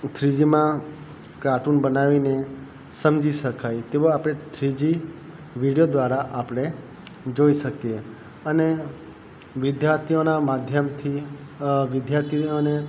three G માં cartoon બનાવીને સમજી શકાય તેવા આપણે થ્રી જી વિડિયો દ્વારા આપણે જોઈ શકીએ અને વિદ્યાર્થીઓના માધ્યમથી વિદ્યાર્થીઓને